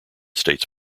states